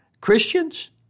Christians